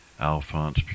Alphonse